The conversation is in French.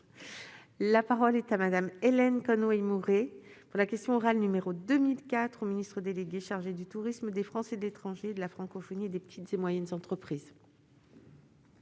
La parole est à Madame Hélène Conway Mouret voilà question orale, numéro 2004 au ministre délégué chargé du tourisme, des Français de l'étranger et de la francophonie et des petites et moyennes entreprises.